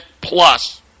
plus